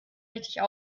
richtig